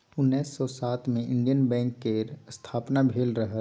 उन्नैस सय सात मे इंडियन बैंक केर स्थापना भेल रहय